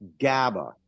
gaba